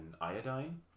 iodine